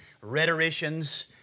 rhetoricians